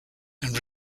and